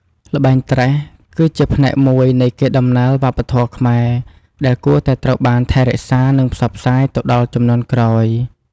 ល្បែង ត្រេះ គឺជាផ្នែកមួយនៃកេរដំណែលវប្បធម៌ខ្មែរដែលគួរតែត្រូវបានថែរក្សា និងផ្សព្វផ្សាយទៅដល់ជំនាន់ក្រោយ។